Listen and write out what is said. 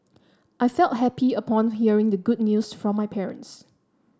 I felt happy upon hearing the good news from my parents